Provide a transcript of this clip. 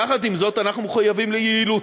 יחד עם זאת, אנחנו מחויבים ליעילות,